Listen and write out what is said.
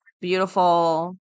beautiful